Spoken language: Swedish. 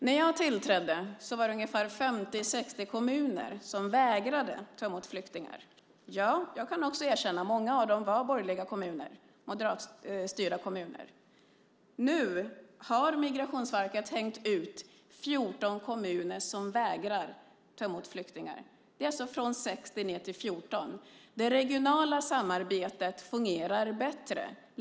När jag tillträdde var det ungefär 50-60 kommuner som vägrade att ta emot flyktingar. Ja, jag kan också erkänna att många av dem var borgerliga kommuner, moderatstyrda kommuner. Nu har Migrationsverket hängt ut 14 kommuner som vägrar ta emot flyktingar. Det har alltså minskat från 60 ned till 14. Det regionala samarbetet fungerar bättre.